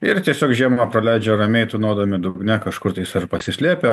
ir tiesiog žiemą praleidžia ramiai tūnodami dugne kažkur tais ar pasislėpę